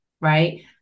right